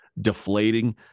deflating